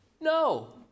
No